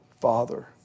father